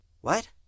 What